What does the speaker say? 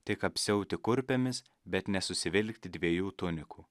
tik apsiauti kurpėmis bet nesusivilkti dviejų tunikų